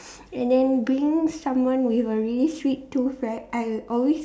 and then being someone with a really sweet tooth right I always